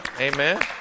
Amen